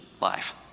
life